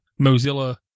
Mozilla